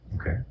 Okay